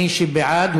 מי שבעד,